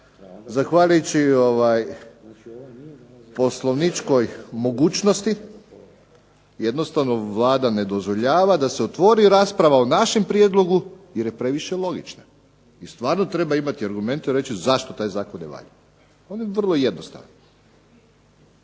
zahvaljujući poslovničkoj mogućnosti jednostavno Vlada ne dozvoljava da se otvori rasprava o našem prijedlogu jer je previše logična. I stvarno treba imati argumente i reći zašto taj zakon ne valja. On je vrlo jednostavan.